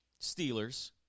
Steelers